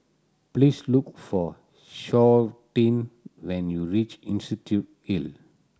please look for Shawnte when you reach Institution Hill